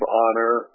honor